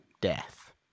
Death